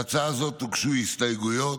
להצעה זו הוגשו הסתייגויות.